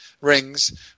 Rings